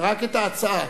רק את ההצעה,